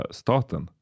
staten